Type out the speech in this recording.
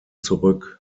zurück